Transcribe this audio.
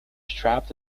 trapped